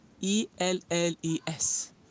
E-L-L-E-S